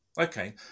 Okay